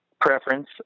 preference